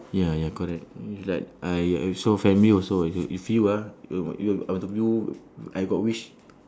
ya ya correct like I also family also i~ if you ah you are you are are the new I got wish